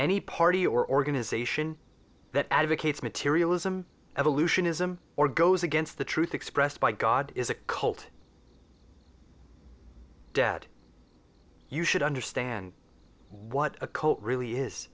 any party or organization that advocates materialism evolutionism or goes against the truth expressed by god is a cult dead you should understand what a cult really is